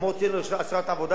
אף שאין לו אשרת עבודה,